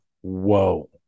Whoa